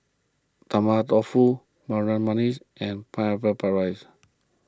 Tofu Harum Manis and Pineapple Rice